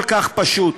כל כך פשוט,